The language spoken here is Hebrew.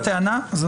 אני